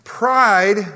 Pride